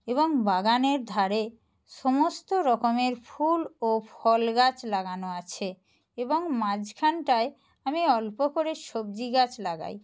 এবং বাগানের ধারে সমস্ত রকমের ফুল ও ফল গাছ লাগানো আছে এবং মাঝখানটায় আমি অল্প করে সবজি গাছ লাগাই